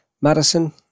Madison